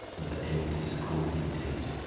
and the end is come indeed.